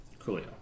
Coolio